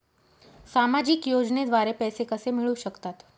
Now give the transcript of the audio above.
सामाजिक योजनेद्वारे पैसे कसे मिळू शकतात?